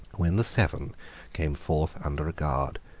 when the seven came forth under a guard,